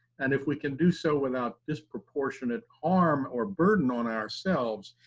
and if we can do so without disproportionate harm or burden on ourselves,